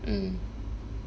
mm